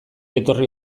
etorri